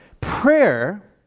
Prayer